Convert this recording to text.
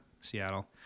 Seattle